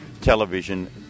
television